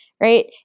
right